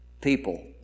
people